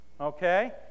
Okay